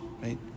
right